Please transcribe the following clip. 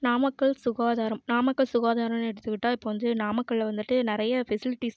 நாமக்கல் சுகாதாரம் நாமக்கல் சுகாதாரம்னு எடுத்துக்கிட்டால் இப்போது வந்து நாமக்கல்ல வந்துட்டு நிறைய ஃபெசிலிட்டிஸ்